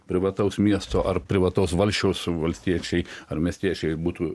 privataus miesto ar privataus valsčiaus valstiečiai ar miestiečiai būtų